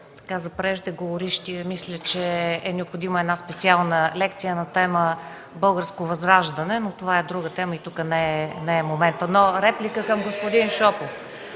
За преждеговорившия, мисля, че е необходима една специална лекция на тема Българско възраждане, но това е друга тема и не е тук моментът, но реплика към господин Шопов.